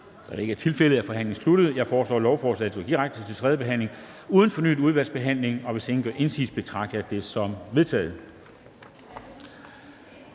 det ikke er tilfældet, er forhandlingen sluttet. Jeg foreslår, at lovforslaget går direkte til tredje behandling uden fornyet udvalgsbehandling, og hvis ingen gør indsigelse, betragter jeg det som vedtaget.